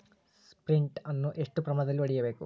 Sprint ಅನ್ನು ಎಷ್ಟು ಪ್ರಮಾಣದಲ್ಲಿ ಹೊಡೆಯಬೇಕು?